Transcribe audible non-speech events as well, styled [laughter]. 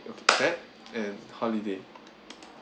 clap [noise] and holiday